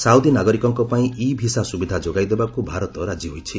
Saudi ନାଗରିକଙ୍କ ପାଇଁ e visa ସୁବିଧା ଯୋଗାଇଦେବାକୁ ଭାରତ ରାଜି ହୋଇଛି